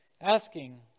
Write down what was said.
asking